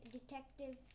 Detective